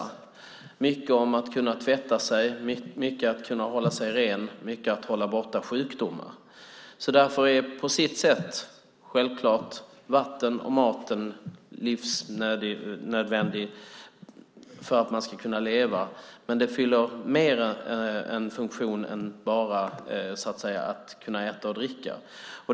Det handlar mycket om att kunna tvätta sig, att kunna hålla sig ren och att hålla sjukdomar borta. Därför är vatten och mat på sitt sätt självklart livsnödvändiga för att man ska kunna leva. Men vatten fyller fler funktioner än att man bara ska kunna äta och dricka.